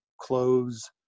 clothes